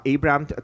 Abraham